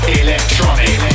electronic